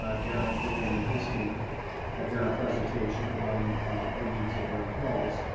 ah john gilliam and his team have done a presentation on the needs at vernon hills.